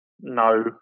no